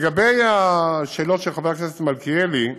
לגבי השאלות של חבר הכנסת מלכיאלי,